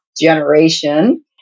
generation